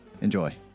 enjoy